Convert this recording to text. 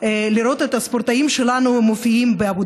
לראות את הספורטאים שלנו מופיעים באבו